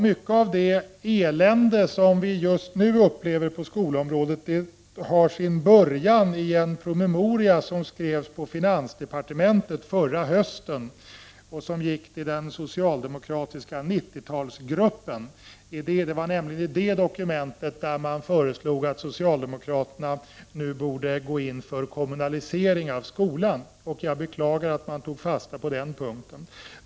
Mycket av det elände som vi just nu upplever på skolområdet tog sin början i och med en promemoria som skrevs på finansdepartementet förra hösten till den socialdemokratiska 90-talsgruppen. Det var nämligen i detta dokument som det föreslogs att socialdemokraterna borde gå in för en kommunalisering av skolan. Jag beklagar att man tog fasta på denna punkt.